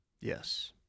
Yes